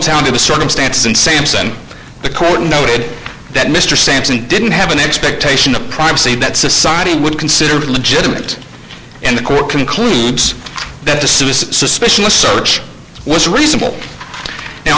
of the circumstances and sampson the court noted that mr sampson didn't have an expectation of privacy that society would consider legitimate and the court concludes that the suicide suspicion a search was reasonable